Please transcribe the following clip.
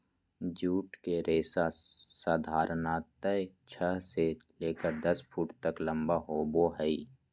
jute के रेशा साधारणतया छह से लेकर दस फुट तक लम्बा होबो हइ